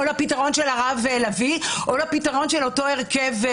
או לפתרון של הרב לביא, או לפתרון של אותו הרכב?